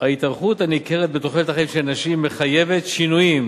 ההתארכות הניכרת בתוחלת החיים של נשים מחייבת שינויים